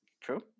True